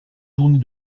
journée